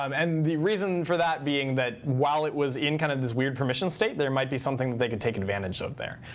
um and the reason for that being that while it was in kind of this weird permission state, there might be something that they could take advantage of there.